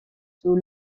sous